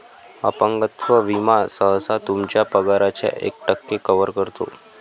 अपंगत्व विमा सहसा तुमच्या पगाराच्या एक टक्के कव्हर करतो